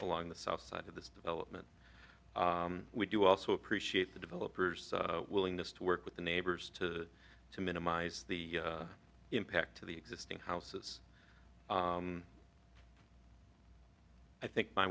along the south side of this development we do also appreciate the developers willingness to work with the neighbors to to minimize the impact to the existing houses i think my